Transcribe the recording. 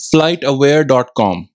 Flightaware.com